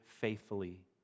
faithfully